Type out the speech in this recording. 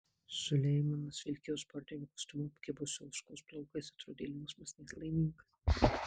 suleimanas vilkėjo sportiniu kostiumu apkibusiu ožkos plaukais atrodė linksmas net laimingas